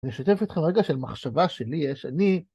אני אשתף אתכם רגע של מחשבה שלי יש, אני...